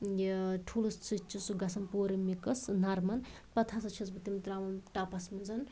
یہِ ٹھوٗلَس سۭتۍ چھِ سُہ گژھان پوٗرٕ مِکٕس نرمَن پتہٕ ہسا چھس بہٕ تِم تراوان ٹَپَس منٛز